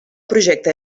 projecte